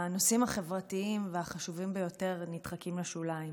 הנושאים החברתיים והחשובים ביותר נדחקים לשוליים.